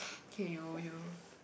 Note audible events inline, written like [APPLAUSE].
[NOISE] okay you you